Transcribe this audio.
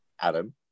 Adam